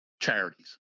charities